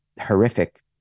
horrific